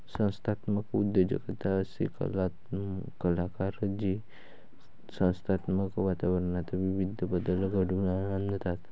संस्थात्मक उद्योजकता असे कलाकार जे संस्थात्मक वातावरणात विविध बदल घडवून आणतात